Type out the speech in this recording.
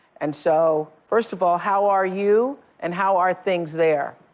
and so, first of all, how are you and how are things there?